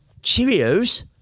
Cheerios